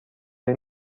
این